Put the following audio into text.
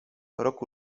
rok